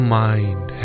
mind